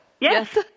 Yes